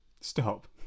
Stop